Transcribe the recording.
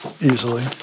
easily